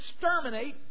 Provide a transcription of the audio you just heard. exterminate